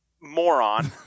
moron